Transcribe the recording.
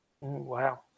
Wow